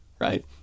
right